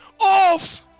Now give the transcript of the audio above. off